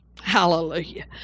Hallelujah